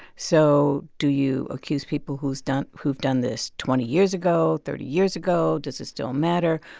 so do you accuse people who've done who've done this twenty years ago, thirty years ago? does it still matter?